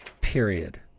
period